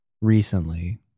recently